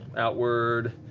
outward,